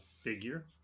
figure